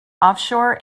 offshore